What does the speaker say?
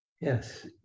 Yes